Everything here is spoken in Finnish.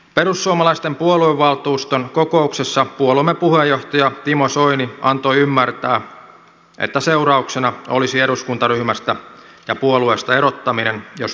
perussuomalaisten puoluevaltuuston kokouksessa puolueemme puheenjohtaja timo soini antoi ymmärtää että seurauksena olisi eduskuntaryhmästä ja puolueesta erottaminen jos toimisin toisin